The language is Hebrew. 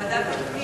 בוועדת הפנים.